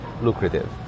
lucrative